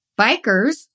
Bikers